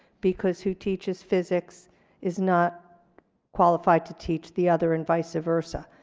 because who teaches physics is not qualified to teach the other and vice versa.